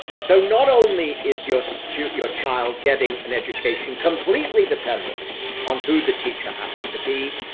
so not only is your student, your child, getting an education completely dependent on who the teacher happens to be,